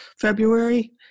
February